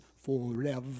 forever